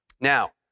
Now